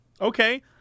Okay